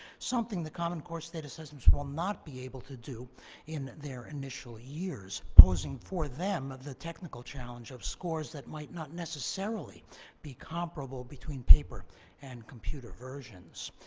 something the common core state assessments will not be able to do in their initial years, posing for them the technical challenge of scores that might not necessarily be comparable between paper and computer versions.